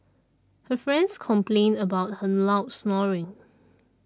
her friends complained about her loud snoring